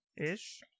ish